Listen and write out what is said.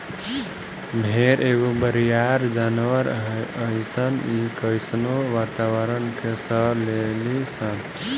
भेड़ एगो बरियार जानवर हइसन इ कइसनो वातावारण के सह लेली सन